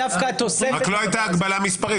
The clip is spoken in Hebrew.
רק לא הייתה הגבלה מספרית.